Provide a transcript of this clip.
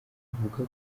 ruvuga